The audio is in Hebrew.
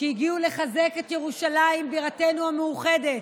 שהגיעו לחזק את ירושלים, בירתנו המאוחדת,